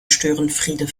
störenfriede